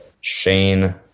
Shane